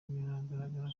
biragaragara